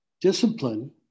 discipline